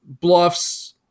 bluffs